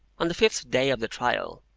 on the fifth day of the trial,